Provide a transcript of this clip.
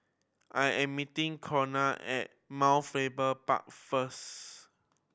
I am meeting Corina at Mount Faber Park first